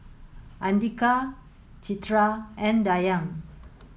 Andika Citra and Dayang